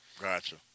Gotcha